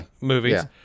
movies